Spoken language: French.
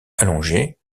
allongée